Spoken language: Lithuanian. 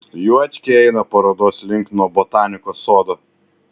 juočkiai eina parodos link nuo botanikos sodo